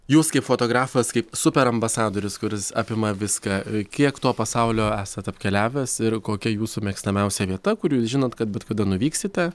jūs kaip fotografas kaip super ambasadorius kuris apima viską kiek to pasaulio esat apkeliavęs ir kokia jūsų mėgstamiausia vieta kur jūs žinot kad bet kada nuvyksite